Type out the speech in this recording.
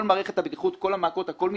כל מערכת הבטיחות והמעקות הכל משתנה.